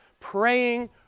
praying